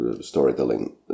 storytelling